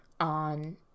on